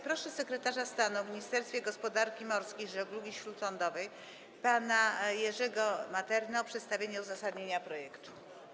Proszę sekretarza stanu w Ministerstwie Gospodarki Morskiej i Żeglugi Śródlądowej pana Jerzego Maternę o przedstawienie uzasadnienia projektu.